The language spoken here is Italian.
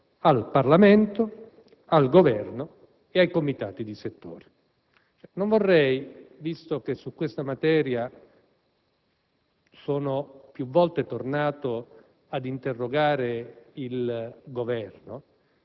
al Parlamento, al Governo e ai Comitati di settore. Non vorrei, visto che su questa materia sono più volte tornato ad interrogare il Governo